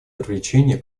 привлечение